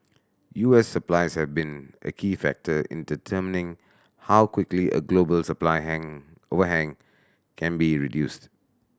U S supplies have been a key factor in determining how quickly a global supply hang overhang can be reduced